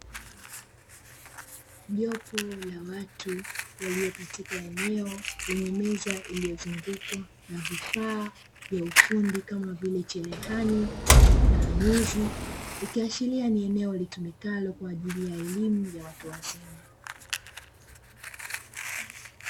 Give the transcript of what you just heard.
Jopo la watu, walio katika eneo lenye meza iliyozungukwa na vifaa vya ufundi, kama vile cherehani na nyuzi, ikiashiria kuwa ni eneo litumikalo kwa ajili ya elimu ya watu wazima.